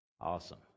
Awesome